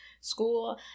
school